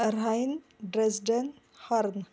अऱ्हाईन Dresden हर्न